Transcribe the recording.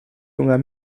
junger